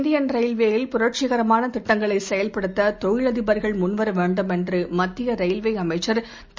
Indian ரயில்வேயில் புரட்சிகரமான திட்டங்களை செயல்படுத்த தொழிலதிபர்கள் முன் வரவேண்டும் என்று மத்திய ரயில்வே அமைச்சர் திரு